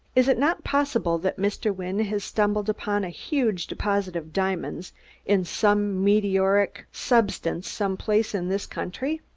is it not possible that mr. wynne has stumbled upon a huge deposit of diamonds in some meteoric substance some place in this country?